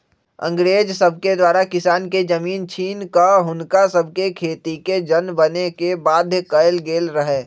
अंग्रेज सभके द्वारा किसान के जमीन छीन कऽ हुनका सभके खेतिके जन बने के बाध्य कएल गेल रहै